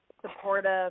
supportive